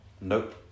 Nope